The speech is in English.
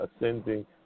ascending